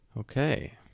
Okay